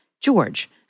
George